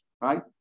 Right